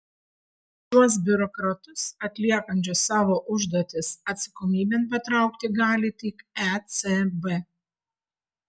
šiuos biurokratus atliekančius savo užduotis atsakomybėn patraukti gali tik ecb